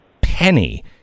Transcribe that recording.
penny